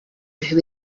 who